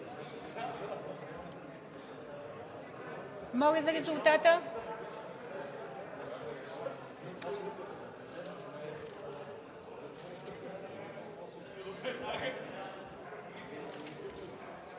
Моля за резултата.